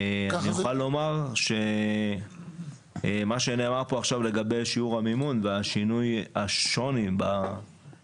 אני אוכל לומר שמה שנאמר פה עכשיו לגבי שיעור המימון והשוני בתוכניות